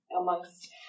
amongst